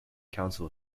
council